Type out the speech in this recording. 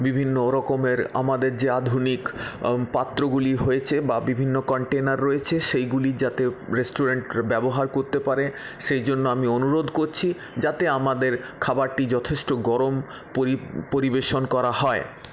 বিভিন্ন রকমের আমাদের যে আধুনিক পাত্রগুলি হয়েছে বা বিভিন্ন কন্টেইনার রয়েছে সেইগুলি যাতে রেষ্টুরেন্ট ব্যবহার করতে পারে সেইজন্য আমি অনুরোধ করছি যাতে আমাদের খাবারটি যথেষ্ট গরম পরি পরিবেশন করা হয়